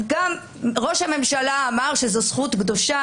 גם ראש הממשלה אמר שזו זכות קדושה.